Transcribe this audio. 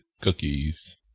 cookies